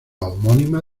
homónima